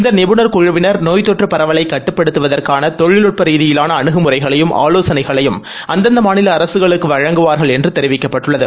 இந்த நிபுணர் குழுவினர் நோய் தொற்று பரவலை கட்டுப்படுத்துவதற்கான தொழில்நுட்ப ரீதியிலாள அனுகு முறைகளையும் ஆலோசனைகளையும் அந்தந்த மாநில அரசுகளுக்கு வழங்குவார்கள் என்று தெரிவிக்கப்பட்டுள்ளது